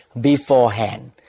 beforehand